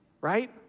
Right